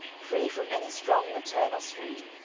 free from any strong maternal strain,